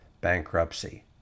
bankruptcy